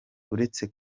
uretse